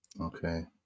Okay